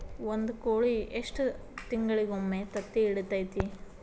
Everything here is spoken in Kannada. ಒಂದ್ ಕೋಳಿ ಎಷ್ಟ ತಿಂಗಳಿಗೊಮ್ಮೆ ತತ್ತಿ ಇಡತೈತಿ?